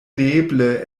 neeble